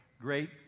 great